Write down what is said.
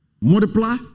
multiply